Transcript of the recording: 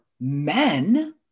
men